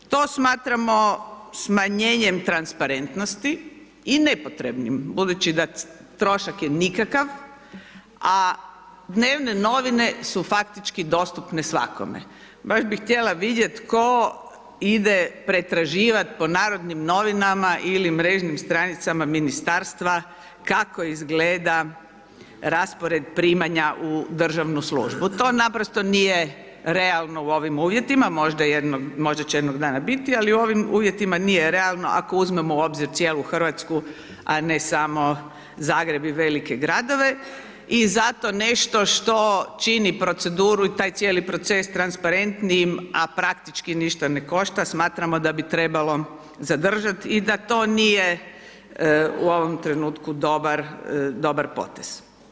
To smatramo smanjenjem transparentnosti i nepotrebnim budući da trošak je nikakav a dnevne novine su faktički dostupne svakome, baš bi htjela vidjet tko ide pretraživat po Narodnim novinama ili mrežnim stranicama ministarstva kako izgleda raspored primanja u državnu službu, to naprosto nije realno u ovim uvjetima možda će jednog dana biti, ali u ovim uvjetima nije realno ako uzmemo u obzir cijelu Hrvatsku, a ne samo Zagreb i velike gradove i zato nešto čini proceduru i taj cijeli proces transparentnijim a praktički ništa ne košta, smatramo da bi trebalo zadržat i da to nije u ovom trenutku dobar, dobar potez.